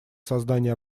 создание